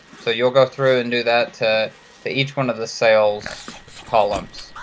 so you'll go through and do that to to each one of the sales columns.